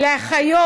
לאחיות.